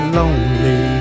lonely